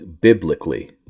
biblically